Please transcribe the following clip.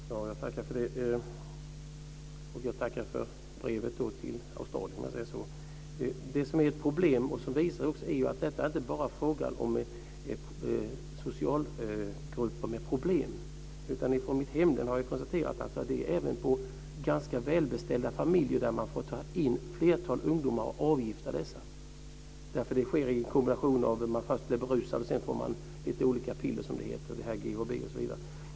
Herr talman! Jag tackar för det, och jag tackar för att ministern har skickat detta brev till Australien. Det som är ett problem är att det inte bara handlar om socialgrupper med problem. Från mitt hemlän har jag konstaterat att det förekommer att man får ta in och avgifta ungdomar även från ganska välbeställda familjer. Det är en kombination. Först blir de berusade, och sedan får de lite olika piller, som det heter, GHB osv.